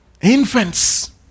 Infants